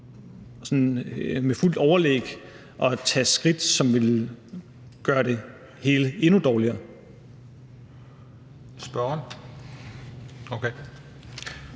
med fuldt overlæg så at tage skridt, som ville gøre det hele endnu dårligere. Kl. 22:29 Den fg.